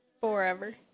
Forever